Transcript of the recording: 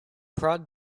prod